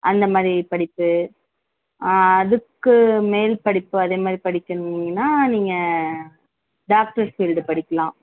அந்த மாதிரி படிப்பு அதுக்கு மேல் படிப்பு அதே மாதிரி படிக்கணும்னா நீங்கள் டாக்டர் ஃபீல்டு படிக்கலாம்